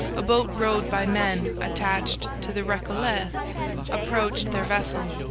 a boat rowed by men attached to the recollets approached their vessel.